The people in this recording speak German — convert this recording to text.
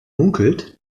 munkelt